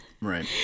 right